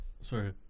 Sorry